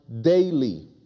daily